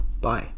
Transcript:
Bye